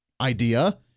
Idea